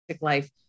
life